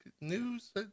news